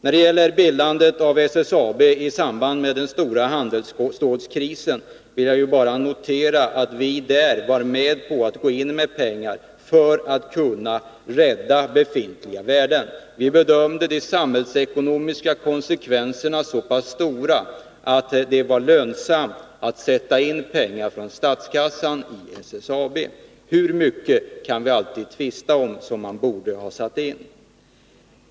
Beträffande bildandet av SSAB i samband med den stora handelsstålskrisen vill jag bara notera att vi där var med om att gå in med pengar för att kunna rädda befintliga värden. Vi bedömde de samhällsekonomiska konsekvenserna vara sådana att det var lönsamt att sätta in pengar från statskassan i SSAB. Hur mycket som borde ha satts in kan vi alltid tvista om.